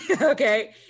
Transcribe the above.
okay